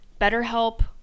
BetterHelp